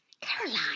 Caroline